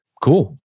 cool